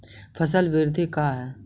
फसल वृद्धि का है?